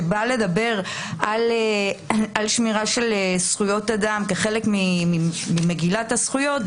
שבאה לדבר על שמירה של זכויות אדם כחלק ממגילת הזכויות,